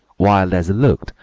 wild as he looked,